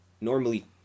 normally